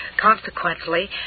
Consequently